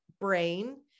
brain